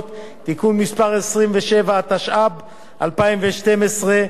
27), התשע"ב-2012, שיזמה הממשלה,